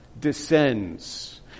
descends